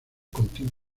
continuó